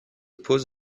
pose